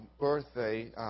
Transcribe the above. birthday